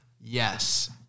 yes